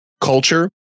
culture